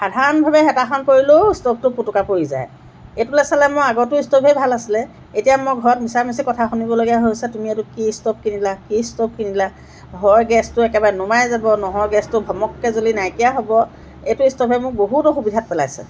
সাধাৰণভাৱে হেতাখন পৰিলেও ষ্ট'ভটো পোটোকা পৰি যায় এইটোলৈ চালে মই আগৰটো ষ্ট'ভেই ভাল আছিলে এতিয়া মই ঘৰত মিছামিছি কথা শুনিবলগীয়া হৈছে তুমি এইটো কি ষ্ট'ভ কিনিলা কি ষ্ট'ভ কিনিলা হয় গেছটো একেবাৰে নুমাই যাব নহয় গেছটো ভমককৈ জ্বলি নাইকিয়া হ'ব এইটো ষ্ট'ভে মোক বহুত অসুবিধাত পেলাইছে